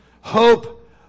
Hope